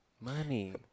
Money